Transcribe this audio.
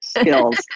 skills